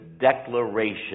declaration